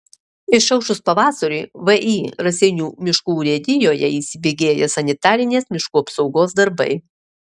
išaušus pavasariui vį raseinių miškų urėdijoje įsibėgėja sanitarinės miškų apsaugos darbai